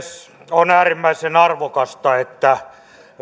on äärimmäisen arvokasta että